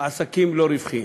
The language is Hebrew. עסקים לא רווחיים.